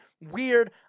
weird